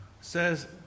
says